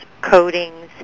coatings